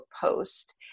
post